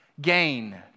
Gain